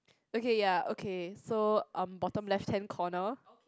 okay ya okay so um bottom left hand corner